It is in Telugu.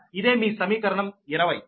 ఇదే మీ సమీకరణం 20